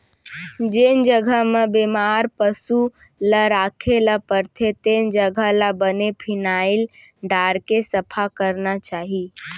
जेन जघा म बेमार पसु ल राखे ल परथे तेन जघा ल बने फिनाइल डारके सफा करना चाही